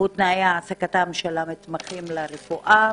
הוא תנאי העסקתם של המתמחים ברפואה.